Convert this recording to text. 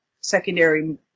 secondary